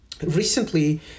Recently